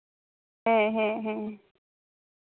ᱦᱮᱸ ᱦᱮᱸ ᱦᱮᱸ